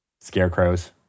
Scarecrows